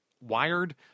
wired